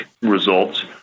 results